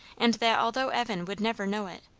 and that although evan would never know it,